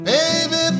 Baby